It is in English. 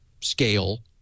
scale